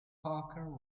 parker